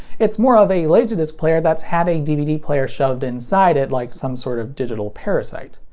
it's more of a laserdisc player that's had a dvd player shoved inside it like some sort of digital parasite.